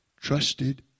trusted